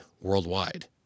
worldwide